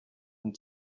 and